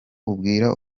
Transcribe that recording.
ubwira